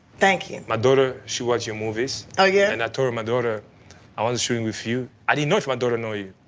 thank you. my daughter, she watch your movies. oh, yeah? and i told my daughter i was shooting with you. i didn't know if my daughter know you,